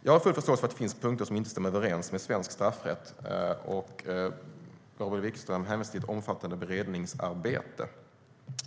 Jag har full förståelse för att det finns punkter som inte stämmer överens med svensk straffrätt. Gabriel Wikström hänvisar till ett omfattande beredningsarbete.